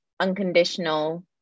unconditional